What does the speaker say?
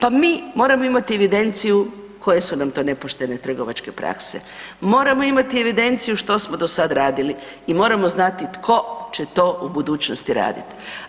Pa mi moramo imati evidenciju koje su nam to nepoštene trgovačke prakse, moramo imati evidenciju što smo do sad radili i moramo znati tko će to u budućnosti raditi.